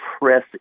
press